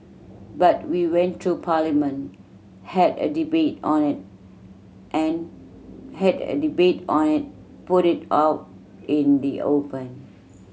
but we went through Parliament had a debate on it and had a debate on it put it out in the open